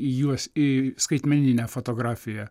juos į skaitmeninę fotografiją